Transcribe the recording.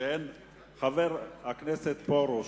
חבר הכנסת פרוש,